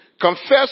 Confess